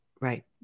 right